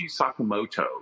Sakamoto